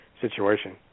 situation